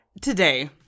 today